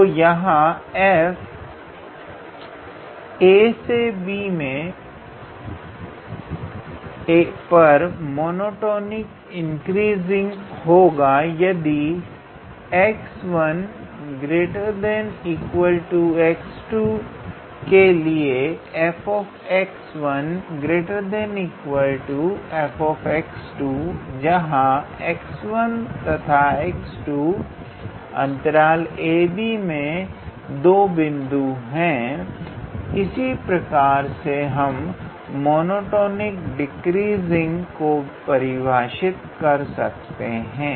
तो यहां 𝑓 ab पर मोनोटोनिकली इंक्रीजिंग होगा यदि 𝑥1 ≥ 𝑥2 के लिए 𝑓𝑥1 ≥ 𝑓𝑥2 जहां 𝑥1 तथा 𝑥2 ab में 2 बिंदु है इसी प्रकार से हम मोनोटोनिकली डिक्रीजिंग को परिभाषित कर सकते हैं